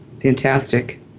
Fantastic